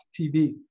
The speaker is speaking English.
TV